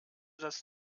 das